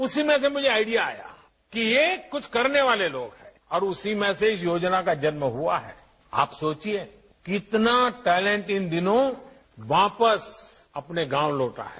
उसी में से मुझे आइडिया आया कि ये कुछ करने वाले लोग हैं और उसी में से इस योजना का जन्म हुआ है कि आप सोचिए इतना टैलेंट इन दिनों वापस आने गांव लौटा है